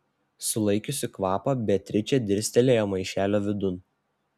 sulaikiusi kvapą beatričė dirstelėjo maišelio vidun